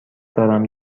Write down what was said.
دارم